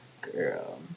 Girl